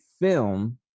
film